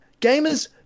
Gamers